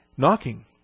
Knocking